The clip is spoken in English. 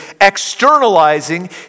externalizing